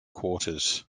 quarters